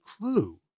clue